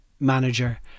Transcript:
manager